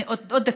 עוד דקה.